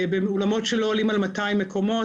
באולמות שלא עולים על 200 מקומות.